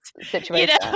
situation